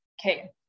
okay